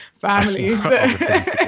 families